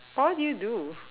but what do you do